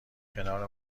کنار